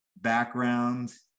backgrounds